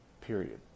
Period